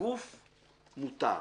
- הגוף מתר.